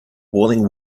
boiling